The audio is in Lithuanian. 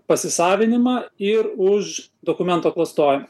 pasisavinimą ir už dokumento klastojimą